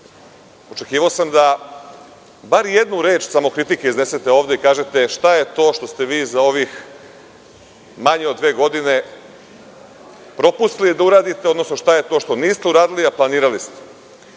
očekivao sam da bar jednu reč samokritike iznesete ovde i kažete – šta je to što ste vi za ovih manje od dve godine propustili da uradite, odnosno šta je to što niste uradili, a planirali ste. Kao